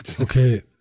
Okay